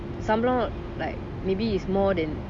சம்பளம்:sambalam like maybe it's more than